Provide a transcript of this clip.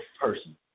person